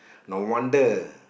no wonder